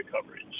coverage